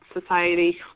society